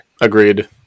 Agreed